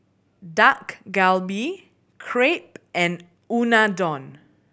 Dak Galbi Crepe and Unadon